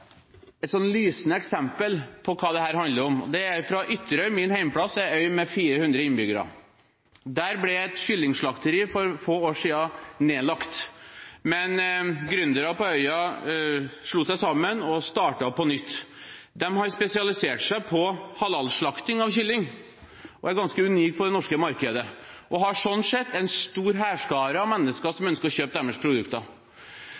lysende eksempel på hva dette handler om. Det er fra Ytterøy, min hjemplass, en øy med 400 innbyggere. Der ble et kyllingslakteri for få år siden nedlagt, men gründere på øya slo seg sammen og startet på nytt. De har spesialisert seg på halalslakting av kylling og er ganske unik på det norske markedet, og har sånn sett en stor hærskare av mennesker som ønsker å kjøpe deres produkter.